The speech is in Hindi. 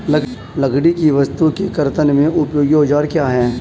लकड़ी की वस्तु के कर्तन में उपयोगी औजार क्या हैं?